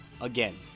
again